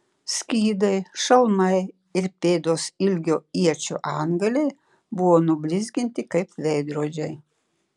skydai šalmai ir pėdos ilgio iečių antgaliai buvo nublizginti kaip veidrodžiai